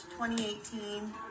2018